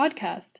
podcast